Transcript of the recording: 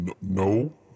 no